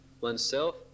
oneself